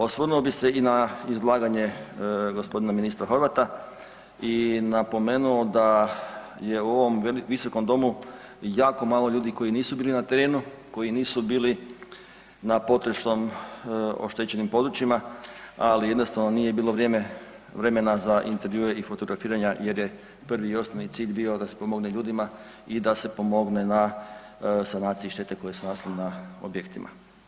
Osvrnuo bih se i na izlaganje gospodina ministra Horvata i napomenuo da je u ovom visokom domu jako malo ljudi koji nisu bili na terenu, koji nisu bili na potresom oštećenim područjima, ali jednostavno nije bilo vrijeme, vremena za intervjue i fotografiranja jer je prvi i osnovni cilj bio da se pomogne ljudima i da se pomogne na sanaciji štete koje su nastale na objektima.